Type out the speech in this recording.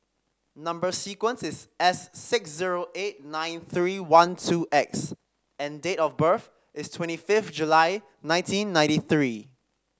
number sequence is S six zero eight nine three one two X and date of birth is twenty fifth July nineteen ninety three